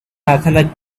iconic